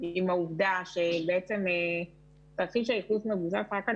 עם העובדה שבעצם תרחיש הייחוס מבוסס רק על